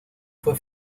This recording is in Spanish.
fue